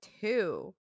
two